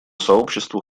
сообществу